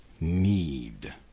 need